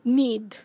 need